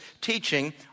teaching